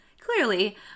Clearly